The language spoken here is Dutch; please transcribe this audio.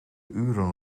uren